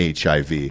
HIV